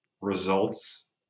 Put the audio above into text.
results